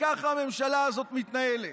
וככה הממשלה הזאת מתנהלת,